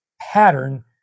pattern